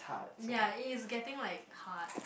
ya it is getting like hard